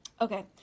Okay